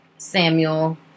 Samuel